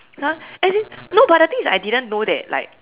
!huh! as in no but the thing is I didn't know that like